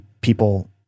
people